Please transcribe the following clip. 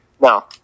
No